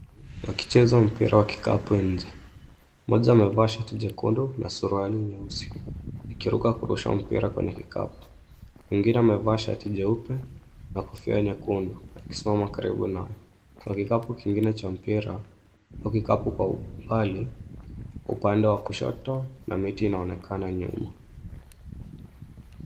Wakicheza mpira wa kikapu nje, moja amevaa shati jekundu na suruali nyeusi, akiruka kurusha mpira kwenye kikapu. Mwingine amevaa shati jeupe na kofia nyekundu, akisimama karibu nao. Kwa kikapu kingine cha mpira, kwa kikapu kwa mbali, upande wa kushoto na miti inaonekana nyuma.